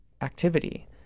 activity